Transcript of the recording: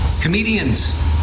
Comedians